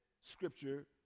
scripture